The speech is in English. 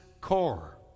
core